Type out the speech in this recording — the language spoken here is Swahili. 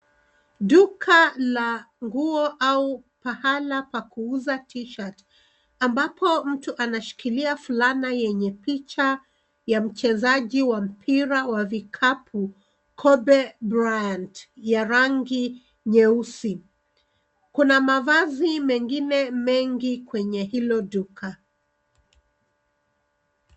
Duka la nguo au pahala pa kuuza t-shirt ambapo mtu anashikilia fulana yenye picha ya mchezaji wa mpira wa vikapu, kobe brant ya rangi nyeusi. Kuna mavazi mengine mengi kwenye hilo duka.